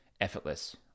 effortless